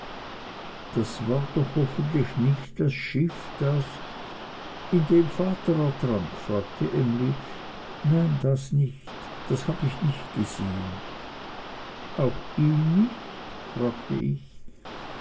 das war doch hoffentlich nicht das schiff das in dem der vater ertrank fragte emly nein das nicht das hab ich nicht gesehen auch ihn nicht fragte ich